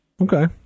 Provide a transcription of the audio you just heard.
Okay